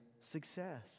success